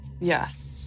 Yes